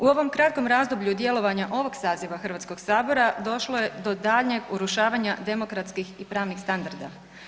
U ovom kratkom razdoblju djelovanja ovog saziva Hrvatskog sabora došlo je do daljnjeg urušavanja demokratskih i pravnih standarda.